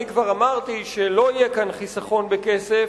אני כבר אמרתי שלא יהיה כאן חיסכון בכסף,